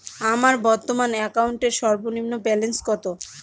আমার বর্তমান অ্যাকাউন্টের সর্বনিম্ন ব্যালেন্স কত?